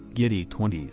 giddy twenty s.